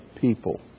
people